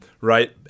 right